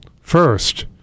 first